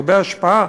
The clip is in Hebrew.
הרבה השפעה,